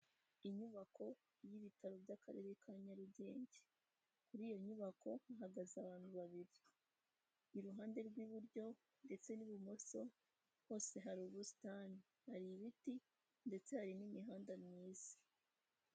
Inyubako y'ibitaro by'akarere ka Nyarugenge kuri iyo nyubako hahagaze abantu babiri iruhande rw'iburyo ndetse n'ibumoso hose hari ubusitani hari ibiti ndetse hari n'imihanda myiza.